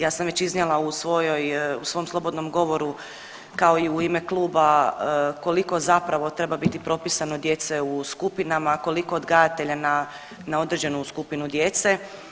Ja sam već iznijela u svom slobodnom govoru kao i u ime kluba koliko zapravo treba biti propisano djece u skupinama, koliko odgajatelja na određenu skupinu djece.